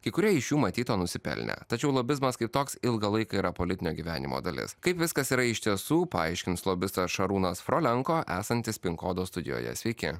kai kurie iš jų matyt to nusipelnė tačiau lobizmas kaip toks ilgą laiką yra politinio gyvenimo dalis kaip viskas yra iš tiesų paaiškins lobistas šarūnas frolenko esantis pin kodo studijoje sveiki